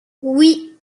oui